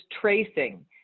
tracing